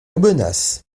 aubenas